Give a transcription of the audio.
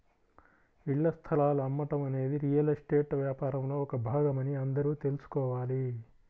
ఇళ్ల స్థలాలు అమ్మటం అనేది రియల్ ఎస్టేట్ వ్యాపారంలో ఒక భాగమని అందరూ తెల్సుకోవాలి